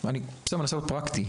להיות פרקטי,